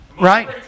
Right